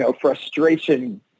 frustration